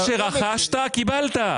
מה שרכשת, קיבלת.